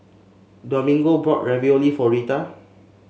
Domingo bought Ravioli for Rheta